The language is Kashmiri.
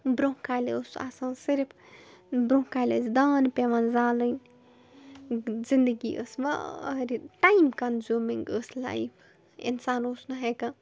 برٛۄنٛہہ کالہِ اوس آسان صرف برٛۄنٛہہ کالہِ ٲسۍ دان پٮ۪وان زالٕنۍ زندگی ٲس واریاہ ٹایِم کنزیوٗمِنٛگ ٲس لایِف اِنسان اوس نہٕ ہٮ۪کان